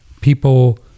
people